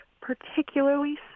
particularly